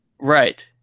right